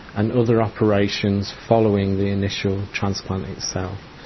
and other operations following the initial transplant itself.